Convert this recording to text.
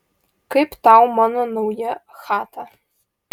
kaip tau mano nauja chata